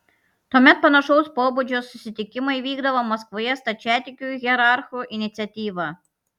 tuomet panašaus pobūdžio susitikimai vykdavo maskvoje stačiatikių hierarchų iniciatyva